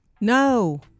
No